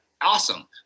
awesome